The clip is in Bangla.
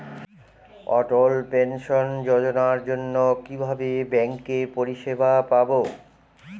অটল পেনশন যোজনার জন্য কিভাবে ব্যাঙ্কে পরিষেবা পাবো?